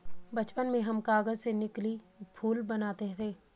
बचपन में हम कागज से नकली फूल बनाते थे